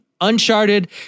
Uncharted